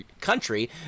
country